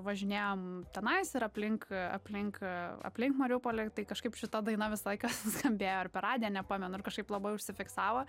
važinėjom tenais ir aplink aplink aplink mariupolį tai kažkaip šita daina visą laiką suskambėjo ar per radiją nepamenu ir kažkaip labai užsifiksavo